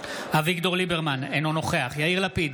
אביגדור ליברמן, אינו נוכח יאיר לפיד,